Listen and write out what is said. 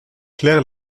claire